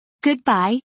Goodbye